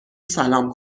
سلام